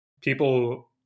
people